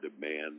demand